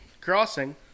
crossing